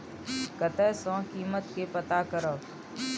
कतय सॅ कीमत के पता करब?